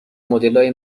مدلای